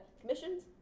commissions